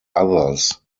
others